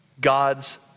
God's